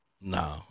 No